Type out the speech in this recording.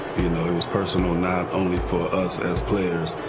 you know it was personal not only for us as players,